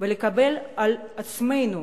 ולקבל על עצמנו